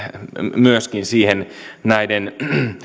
myöskin nimenomaan näiden